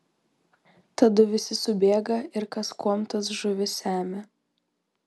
tadu visi subėga ir kas kuom tas žuvis semia